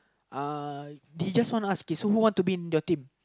uh he just ask okay so who you want to be in your team